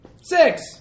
Six